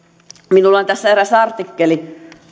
minulla on tässä eräs artikkeli